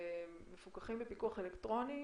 מפוקחים בפיקוח אלקטרוני